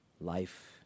life